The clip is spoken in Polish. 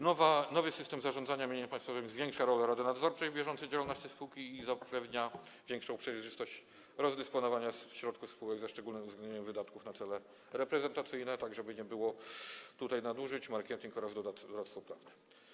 Nowy system zarządzania mieniem państwowym zwiększa rolę rady nadzorczej w bieżącej działalności spółki i zapewnia większą przejrzystość rozdysponowania środków spółek, ze szczególnym uwzględnieniem wydatków na cele reprezentacyjne, tak żeby nie było nadużyć, marketing oraz doradztwo prawne.